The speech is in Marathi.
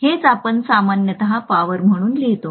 हेच आपण सामान्यत पॉवर म्हणून लिहितो